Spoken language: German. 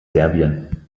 serbien